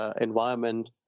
environment